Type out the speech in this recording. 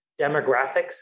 demographics